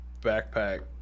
backpack